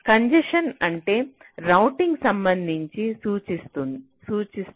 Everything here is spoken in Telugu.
కంజెషన్ అంటే రౌటింగ్కు సంబంధించి సూచిస్తాను